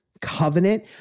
covenant